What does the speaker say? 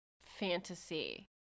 fantasy